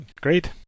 great